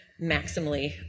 maximally